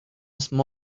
small